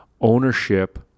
ownership